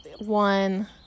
one